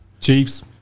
Chiefs